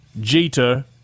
Jeter